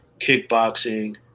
kickboxing